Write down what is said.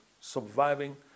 surviving